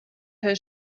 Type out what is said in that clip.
her